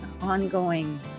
ongoing